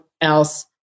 else